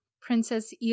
Princess